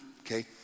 okay